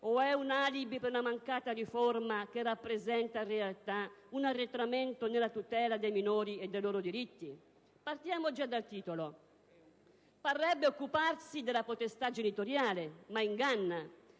o è un alibi per una mancata riforma che rappresenta, in realtà, un arretramento nella tutela dei minori e dei loro diritti? Partiamo già dal titolo: parrebbe occuparsi della potestà genitoriale, ma inganna.